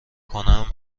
کنم